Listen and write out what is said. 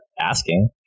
asking